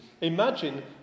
Imagine